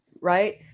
right